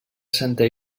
santa